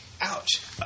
Ouch